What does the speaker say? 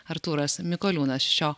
artūras mikoliūnas šio